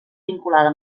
vinculada